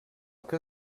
que